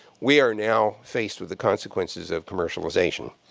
we are now faced with the consequences of commercialization.